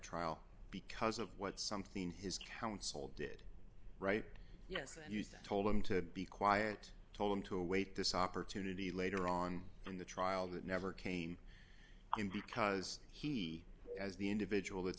trial because of what something his counsel did write yes and you told him to be quiet told him to await this opportunity later on in the trial that never came in because he as the individual that's